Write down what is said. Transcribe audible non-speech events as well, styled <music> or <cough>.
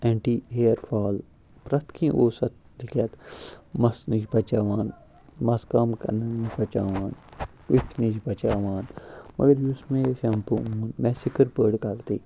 anti hair fall پرٛیٚتھ کیٚنٛہہ اوس اَتھ <unintelligible> مَس نِش بَچاوان مَس کم کَرنہٕ نِش بَچاوان کُفہِ نِش بَچاوان مگر یُس مےٚ یہِ شیٚمپوٗ اوٚن مےٚ ہسا کٔر بٔڑ غلطی